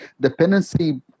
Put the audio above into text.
dependency